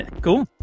Cool